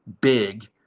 big